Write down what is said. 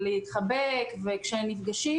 להתחבק וזה מורכב כשנפגשים.